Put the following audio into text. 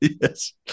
Yes